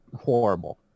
horrible